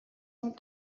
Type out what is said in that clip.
amb